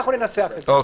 אנחנו ננסח את זה.